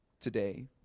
today